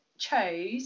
chose